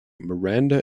miranda